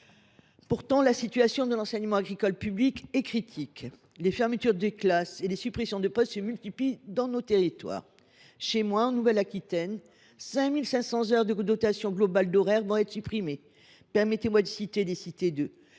Pourtant, la situation de l’enseignement agricole public est critique. Les fermetures des classes et les suppressions de postes se multiplient dans nos territoires. Chez moi, en Nouvelle Aquitaine, ce sont 5 500 heures d’enseignement agricole public qui vont être supprimées. Permettez moi d’évoquer les lycées de